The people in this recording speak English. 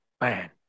man